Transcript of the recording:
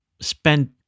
spent